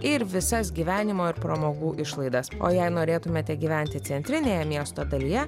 ir visas gyvenimo ir pramogų išlaidas o jei norėtumėte gyventi centrinėje miesto dalyje